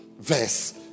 verse